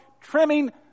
trimming